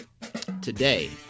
Today